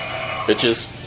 Bitches